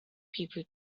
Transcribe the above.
people